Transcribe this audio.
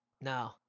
no